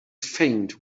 faint